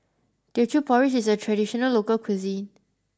Teochew Porridge is a traditional local cuisine